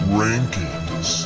rankings